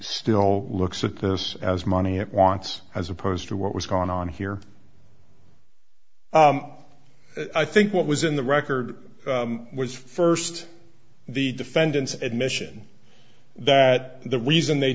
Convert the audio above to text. still looks at this as money it wants as opposed to what was going on here i think what was in the record was first the defendant's admission that the reason they